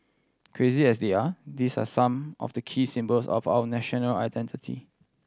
crazy as they are these are some of the key symbols of our national identity